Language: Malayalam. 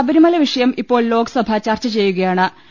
ശബരിമല വിഷയം ഇപ്പോൾ ലോക്സഭ ചർച്ചചെയ്യുകയാ ണ്